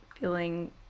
feeling